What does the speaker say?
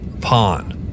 Pawn